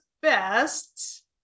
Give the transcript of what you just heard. best